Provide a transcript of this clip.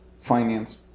finance